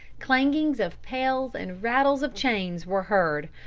clangings of pails and rattlings of chains, were heard,